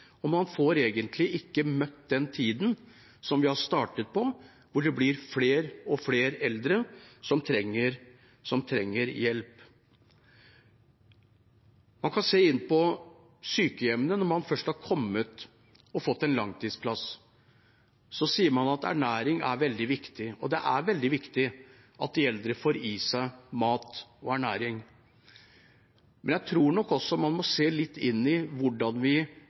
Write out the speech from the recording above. møtt den tiden som vi har startet på hvor det blir flere og flere eldre som trenger hjelp. Man kan se på sykehjemmene, når man først har kommet inn og fått en langtidsplass. Da sier man at ernæring er veldig viktig – det er veldig viktig at de eldre får i seg mat og ernæring. Men jeg tror nok også man må gå inn i hvordan vi